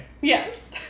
Yes